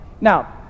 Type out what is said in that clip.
Now